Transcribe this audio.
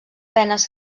penes